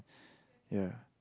ya